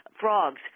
Frogs